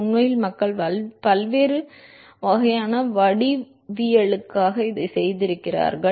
உண்மையில் மக்கள் பல்வேறு வகையான வடிவவியலுக்காக இதைச் செய்திருக்கிறார்கள்